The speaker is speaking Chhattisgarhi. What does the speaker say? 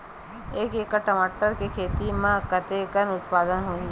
एक एकड़ टमाटर के खेती म कतेकन उत्पादन होही?